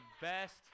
best